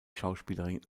schauspielerin